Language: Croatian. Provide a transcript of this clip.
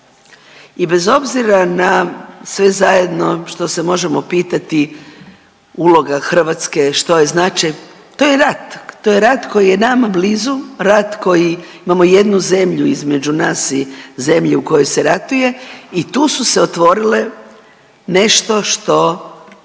i bez obzira na sve zajedno što se možemo pitati uloga Hrvatske, što je značaj. To je rat, to je rat koji je nama blizu. Rat koji imamo jednu zemlju između nas i zemlje u kojoj se ratuje i tu su se otvorile nešto što